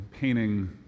painting